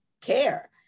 care